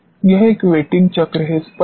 यह एक वेटिंग चक्र है स्पष्ट है